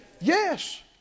Yes